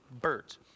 birds